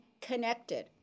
connected